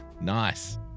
Nice